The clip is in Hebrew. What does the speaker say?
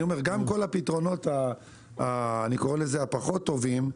אני אומר, גם כל הפתרונות, נקרא לזה, הפחות טובים,